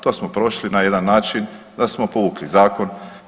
To smo prošli na jedan način da smo povukli zakon.